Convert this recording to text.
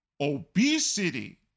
obesity